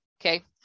Okay